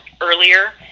earlier